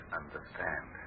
understand